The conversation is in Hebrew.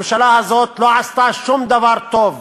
הממשלה הזאת לא עשתה שום דבר טוב,